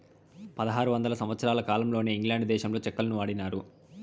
పదహారు వందల సంవత్సరాల కాలంలోనే ఇంగ్లాండ్ దేశంలో చెక్కులను వాడినారు